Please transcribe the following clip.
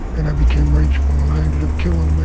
and i became rageful and i ended up killing a man.